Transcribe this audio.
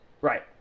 Right